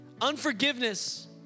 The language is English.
Unforgiveness